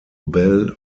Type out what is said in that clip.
bell